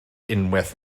unwaith